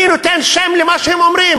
אני נותן שם למה שהם אומרים.